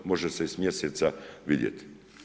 Može se i s mjeseca vidjeti.